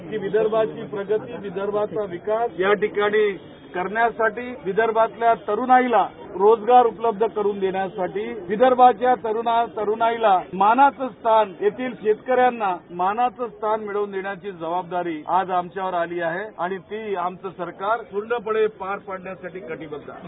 ही विदर्भाची प्रगती विदर्भाचा विकास या ठिकाणी करण्यासाठी विदर्भातील तरूणाईला रोजगार उपलब्ध करून देण्यासाठी विदर्भातील तरूणाईला मानाचं स्थान येथील शेतकऱ्यांना मानाचं स्थान मिळवून देण्याची जबाबदारी आज आमच्यावर आली आहे आणि ती आमचं सरकार पूर्णपणे पार पाडण्यासाठी कटीबद्ध आहे